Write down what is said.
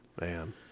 Man